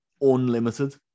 unlimited